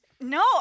No